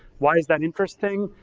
why is that interesting?